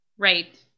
Right